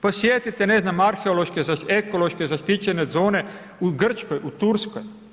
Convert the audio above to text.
Posjetite ne znam, arheološke, ekološke zaštićene zone u Grčkoj, u Turskoj.